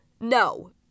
No